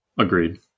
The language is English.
Agreed